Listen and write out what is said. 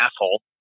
asshole